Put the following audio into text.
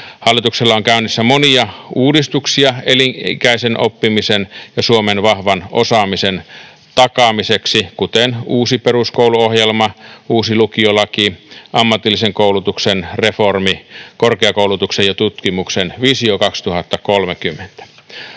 Hallituksella on käynnissä monia uudistuksia elinikäisen oppimisen ja Suomen vahvan osaamisen takaamiseksi, kuten uusi peruskouluohjelma, uusi lukiolaki, ammatillisen koulutuksen reformi, korkeakoulutuksen ja tutkimuksen visio 2030.